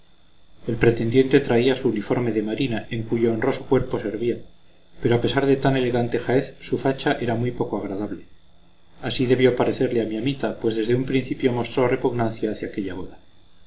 el pretendiente traía su uniforme de marina en cuyo honroso cuerpo servía pero a pesar de tan elegante jaez su facha era muy poco agradable así debió parecerle a mi amita pues desde un principio mostró repugnancia hacia aquella boda